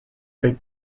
big